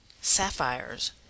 sapphires